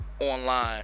online